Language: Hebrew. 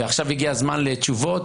ועכשיו הגיע הזמן לתשובות.